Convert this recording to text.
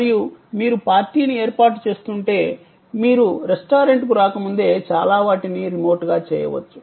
మరియు మీరు పార్టీని ఏర్పాటు చేస్తుంటే మీరు రెస్టారెంట్కు రాకముందే చాలా వాటిని రిమోట్గా చేయవచ్చు